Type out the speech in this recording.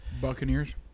Buccaneers